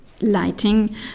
lighting